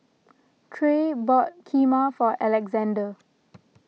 Tre bought Kheema for Alexzander